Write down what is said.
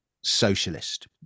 socialist